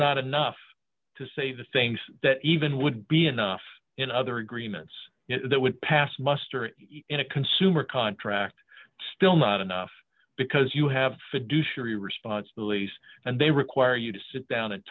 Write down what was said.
not enough to say the things that even would be enough in other agreements that would pass muster in a consumer contract still not enough because you have to do sure you responsibilities and they require you to sit down and